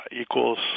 equals